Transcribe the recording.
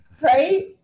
right